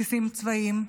בסיסים צבאיים,